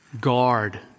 Guard